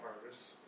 harvest